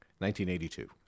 1982